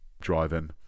Driving